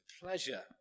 pleasure